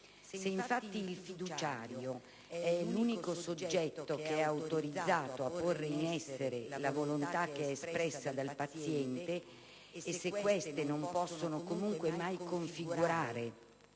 Se, infatti, il fiduciario è l'unico soggetto che è autorizzato a porre in essere le volontà espresse dal paziente e se queste non possono comunque mai configurare